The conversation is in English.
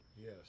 Yes